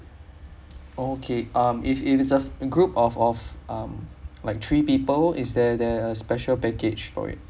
okay um if if it is a group of of um like three people is there there a special package for it